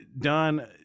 Don